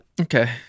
okay